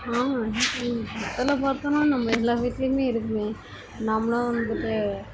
ஆமாம் பித்தளை பாத்திரம் நம்ம எல்லார் வீட்லேயுமே இருக்குமே நம்மளும் வந்துட்டு